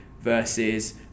versus